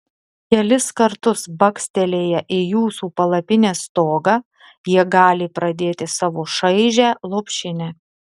kelis kartus bakstelėję į jūsų palapinės stogą jie gali pradėti savo šaižią lopšinę